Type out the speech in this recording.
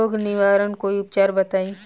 रोग निवारन कोई उपचार बताई?